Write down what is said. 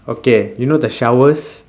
okay you know the showers